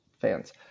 fans